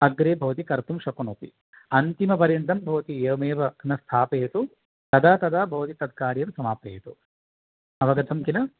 अग्रे भवती कर्तुं शक्नोति अन्तिमपर्यन्तं भवती एवमेव न स्थापयतु तदा तदा भवती तत्कार्यं समापयतु अवगतं किल